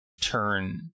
turn